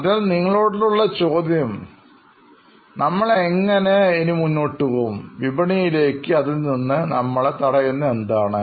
അതിനാൽ നിങ്ങളോട് ഉള്ള ചോദ്യം പറഞ്ഞാൽ നമ്മൾ എങ്ങനെ ഇനി മുന്നോട്ടുപോകും വിപണിയിലേക്ക് അതിൽ നിന്ന് നമ്മളെ തടയുന്നത് എന്താണ്